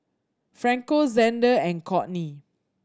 Franco Zander and Courtney